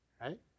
Right